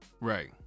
Right